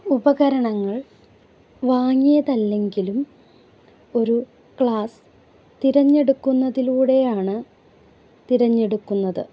ഉപകരണങ്ങൾ വാങ്ങിയതല്ലെങ്കിലും ഒരു ക്ലാസ് തിരഞ്ഞെടുക്കുന്നതിലൂടെയാണ് തിരഞ്ഞെടുക്കുന്നത്